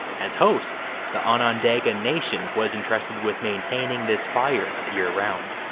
as hosts, the onondaga nation was entrusted with maintaining this fire year round.